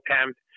attempt